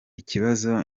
ikibazo